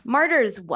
Martyrs